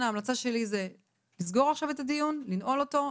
ההמלצה שלי היא לסגור עכשיו את הדיון ולנעול אותו,